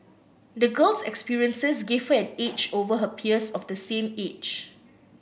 the girl's experiences gave her an edge over her peers of the same age